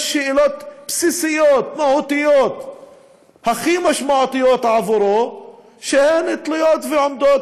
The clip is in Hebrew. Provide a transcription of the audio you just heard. יש שאלות בסיסיות מהותיות הכי משמעותיות עבורו שהן תלויות ועומדות,